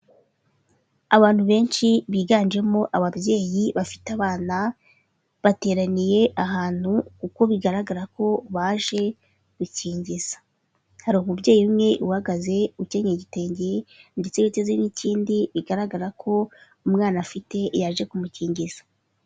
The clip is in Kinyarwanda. Abantu benshi biganjemo ababyeyi bafite abana bateraniye ahantu, kuko bigaragara ko baje gukingiza, hari umubyeyi umwe uhagaze ukenyeye igitengeri ndetse yiteze n'ikindi bigaragara ko umwana afite yaje kumukingiza.